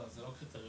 זה לא קריטריון,